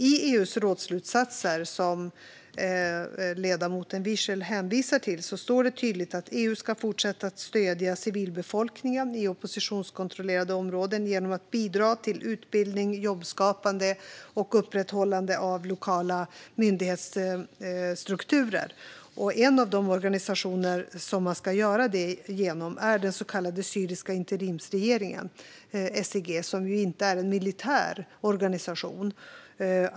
I EU:s rådsslutsatser, som ledamoten Wiechel hänvisar till, står det tydligt att EU ska fortsätta att stödja civilbefolkningen i oppositionskontrollerade områden genom att bidra till utbildning, jobbskapande och upprätthållande av lokala myndighetsstrukturer. En av de organisationer som man ska göra det genom är den så kallade syriska interimsregeringen, SIG, som inte är en militär organisation.